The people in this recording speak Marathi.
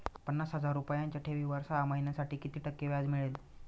पन्नास हजार रुपयांच्या ठेवीवर सहा महिन्यांसाठी किती टक्के व्याज मिळेल?